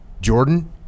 Jordan